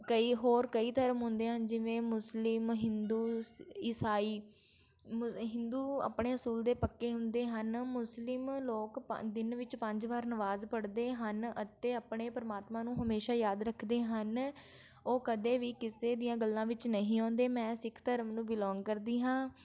ਕਈ ਹੋਰ ਕਈ ਧਰਮ ਹੁੰਦੇ ਹਨ ਜਿਵੇਂ ਮੁਸਲਿਮ ਹਿੰਦੂ ਈਸ ਈਸਾਈ ਮੁ ਹਿੰਦੂ ਆਪਣੇ ਅਸੂਲ ਦੇ ਪੱਕੇ ਹੁੰਦੇ ਹਨ ਮੁਸਲਿਮ ਲੋਕ ਪੰ ਦਿਨ ਵਿੱਚ ਪੰਜ ਵਾਰ ਨਵਾਜ਼ ਪੜ੍ਹਦੇ ਹਨ ਅਤੇ ਆਪਣੇ ਪਰਮਾਤਮਾ ਨੂੰ ਹਮੇਸ਼ਾ ਯਾਦ ਰੱਖਦੇ ਹਨ ਉਹ ਕਦੇ ਵੀ ਕਿਸੇ ਦੀਆਂ ਗੱਲਾਂ ਵਿੱਚ ਨਹੀਂ ਆਉਂਦੇ ਮੈਂ ਸਿੱਖ ਧਰਮ ਨੂੰ ਬਿਲੋਂਗ ਕਰਦੀ ਹਾਂ